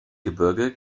gebirge